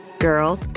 Girl